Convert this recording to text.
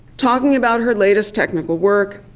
talking about her latest technical work,